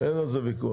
אין על זה ויכוח.